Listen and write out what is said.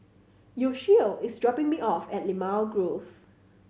Yoshio is dropping me off at Limau Grove